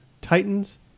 Titans